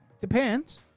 Depends